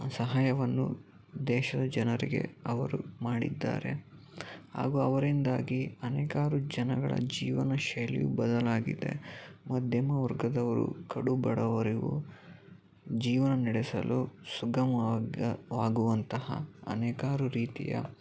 ಸಹಾಯವನ್ನು ದೇಶದ ಜನರಿಗೆ ಅವರು ಮಾಡಿದ್ದಾರೆ ಹಾಗೂ ಅವರಿಂದಾಗಿ ಅನೇಕಾರು ಜನಗಳ ಜೀವನ ಶೈಲಿಯೂ ಬದಲಾಗಿದೆ ಮಧ್ಯಮ ವರ್ಗದವರು ಕಡು ಬಡವರು ಜೀವನ ನಡೆಸಲು ಸುಗಮವಾಗ ಆಗುವಂತಹ ಅನೇಕಾರು ರೀತಿಯ